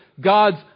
God's